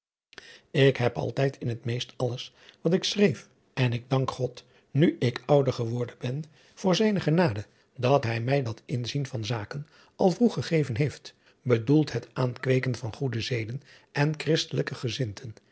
ik heb altijd in meest alles wat ik schreef en ik dank god nu ik ouder geworden ben voor zijne genade dat hij mij dat inzien van zaken al vroeg gegeven heeft bedoeld het aankweeken van goede zeden en christelijke